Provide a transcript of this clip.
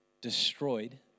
destroyed